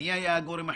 ומי היה הגורם החיצוני,